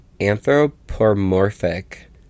anthropomorphic